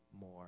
more